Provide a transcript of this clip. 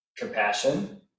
compassion